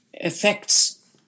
affects